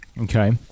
Okay